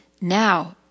Now